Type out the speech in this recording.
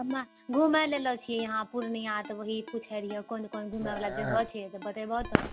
हम्मऽ घुमै लऽ अयलो छी यहाँ पूर्णिया तऽ वही पुछै रहियऽ कोन कोन घूमऽवला जगह छी बतेबहो तोँ